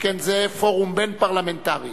שכן זה פורום בין-פרלמנטרי.